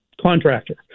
contractor